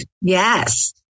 Yes